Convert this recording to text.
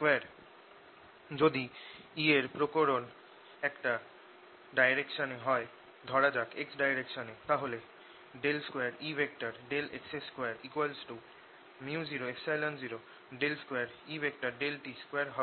µ002Et2 যদি E এর প্রকরণ একটা ডাইরেকশনে হয় ধরা যাক x ডাইরেকশনে তাহলে 2Ex2 µ002Et2 হবে